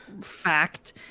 fact